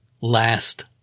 last